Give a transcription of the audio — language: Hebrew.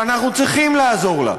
שאנחנו צריכים לעזור לה.